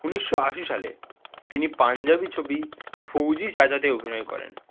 ঊনিশশো আশি সালে তিনি পাঞ্জাবি ছবি ফৌজি চাচা তে অভিনয় করেন